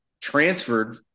transferred